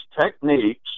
techniques